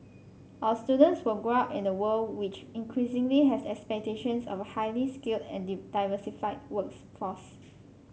our students will grow up in the world which increasingly has expectations of a highly skilled and did diversified works force